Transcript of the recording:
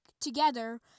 together